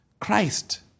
Christ